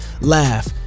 laugh